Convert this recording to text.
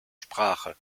sprache